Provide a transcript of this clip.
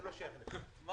זה לא שייך לכאן.